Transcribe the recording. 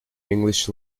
english